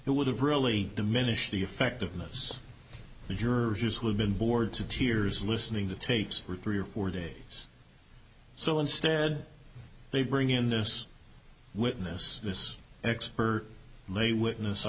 it would have really diminished the effectiveness of the jurors who have been bored to tears listening to tapes for three or four days so instead they bring in this witness this expert lay witness i